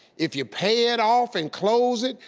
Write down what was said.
if you pay it off and close it,